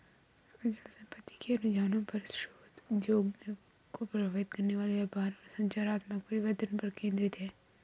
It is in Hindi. अचल संपत्ति के रुझानों पर शोध उद्योग को प्रभावित करने वाले व्यापार और संरचनात्मक परिवर्तनों पर केंद्रित है